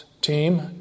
team